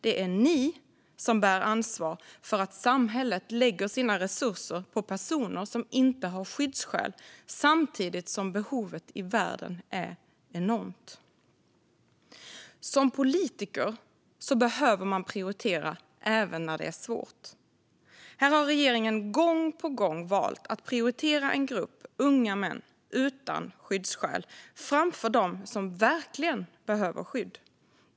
Det är ni som bär ansvar för att samhället lägger sina resurser på personer som inte har skyddsskäl samtidigt som behovet i världen är enormt. Som politiker behöver man prioritera även när det är svårt. Här har regeringen gång på gång valt att prioritera en grupp unga män utan skyddsskäl framför dem som verkligen behöver skydd.